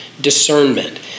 discernment